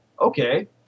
okay